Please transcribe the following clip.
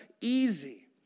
easy